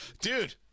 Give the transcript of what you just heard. Dude